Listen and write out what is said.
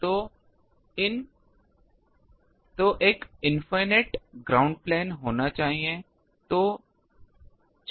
तो एक infinite ground plane होना चाहिए